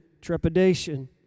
trepidation